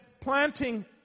planting